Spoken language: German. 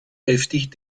heftig